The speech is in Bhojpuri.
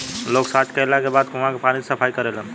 लोग सॉच कैला के बाद कुओं के पानी से सफाई करेलन